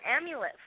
amulet